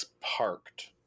Parked